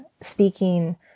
speaking